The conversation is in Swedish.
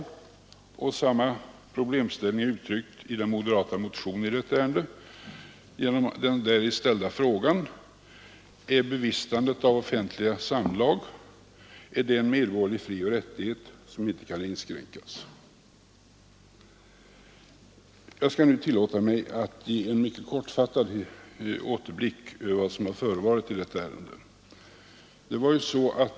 Samma problemställning är uttryckt i den moderata motionen i detta ärende genom den däri ställda frågan: Är bevistandet av offentliga samlag en medborgerlig frioch rättighet som inte kan inskränkas? Jag skall nu tillåta mig att ge en mycket kortfattad överblick över vad som har förevarit i detta ärende.